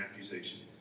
accusations